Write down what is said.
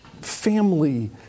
family